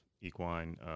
equine